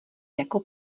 jako